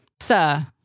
sir